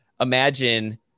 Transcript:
imagine